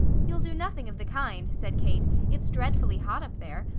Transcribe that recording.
you'll do nothing of the kind, said kate. it's dreadfully hot up there.